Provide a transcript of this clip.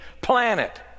planet